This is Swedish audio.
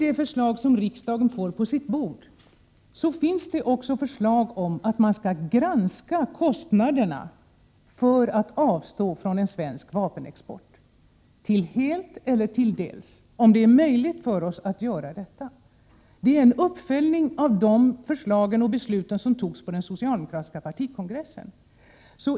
I det förslag som riksdagen får på sitt bord ingår också att man skall granska de kostnader som skulle uppstå om Sverige avstår från vapenexport, helt eller delvis, och om det är möjligt för oss att göra det. Det är en uppföljning av de förslag och beslut som togs på den socialdemokratiska partikongressen.